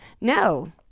No